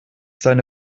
seine